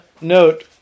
note